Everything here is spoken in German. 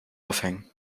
aufhängen